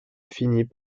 finit